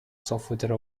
software